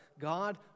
God